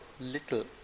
little